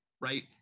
right